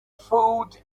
food